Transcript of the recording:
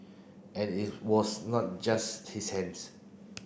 and it was not just his hands